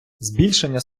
збільшення